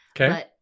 okay